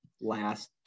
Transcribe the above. last